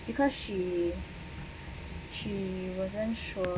because she she wasn't sure